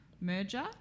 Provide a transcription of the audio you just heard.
merger